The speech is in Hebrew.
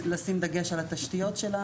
שיש 20 קולות לקבוצת גברים ו-2 קולות לקבוצת נשים.